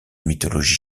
mythologie